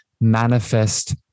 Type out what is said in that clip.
manifest